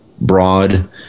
Broad